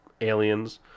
aliens